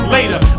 Later